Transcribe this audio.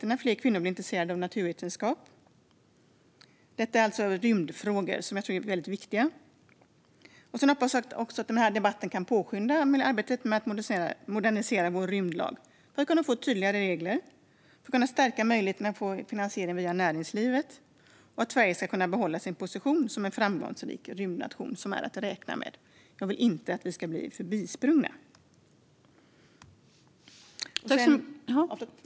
När fler kvinnor blir intresserade av naturvetenskap ökar också jämställdheten. Detta är alltså rymdfrågor, som jag tycker är väldigt viktiga. Jag hoppas också att den här debatten kan påskynda arbetet med att modernisera vår rymdlag för att kunna få tydligare regler och för att kunna stärka möjligheten att få finansiering via näringslivet. Jag hoppas att Sverige ska kunna behålla sin position som en framgångsrik rymdnation som är att räkna med. Jag vill inte att vi ska bli förbisprungna.